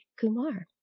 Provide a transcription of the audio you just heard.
Kumar